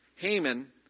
Haman